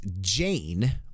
Jane